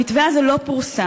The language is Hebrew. המתווה הזה לא פורסם.